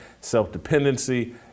self-dependency